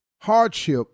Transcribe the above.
hardship